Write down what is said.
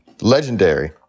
Legendary